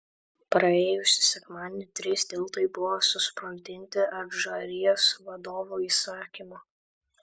praėjusį sekmadienį trys tiltai buvo susprogdinti adžarijos vadovų įsakymu